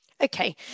Okay